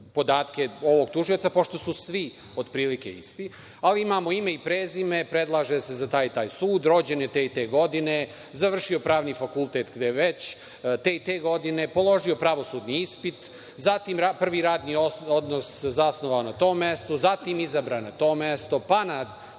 podatke ovog tužioca pošto su svi otprilike isti. Ali, imamo ime i prezime, predlaže se za taj i taj sud, rođen je te i te godine, završio Pravni fakultet gde već, te i te godine, položio pravosudni ispit, zatim prvi radni odnos zasnovao na tom mestu, zatim izabran na to mesto, pa na